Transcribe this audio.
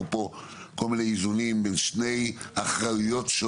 פה כל מיני איזונים בין שני סוגי אחריות,